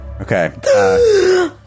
Okay